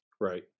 Right